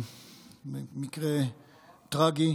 מקרה טרגי.